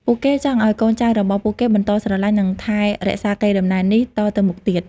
ពួកគេចង់ឱ្យកូនចៅរបស់ពួកគេបន្តស្រឡាញ់និងថែរក្សាកេរដំណែលនេះតទៅមុខទៀត។